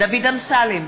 דוד אמסלם,